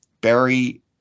Barry